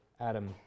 Adam